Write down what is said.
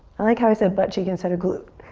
i like i said butt cheek instead of glute.